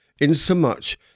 insomuch